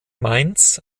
mainz